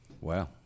wow